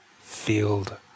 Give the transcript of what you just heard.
field